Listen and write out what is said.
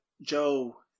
Joe